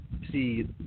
See